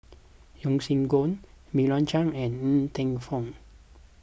Yeo Siak Goon Meira Chand and Ng Teng Fong